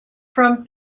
from